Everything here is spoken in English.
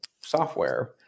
software